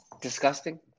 disgusting